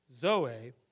Zoe